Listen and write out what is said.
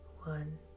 one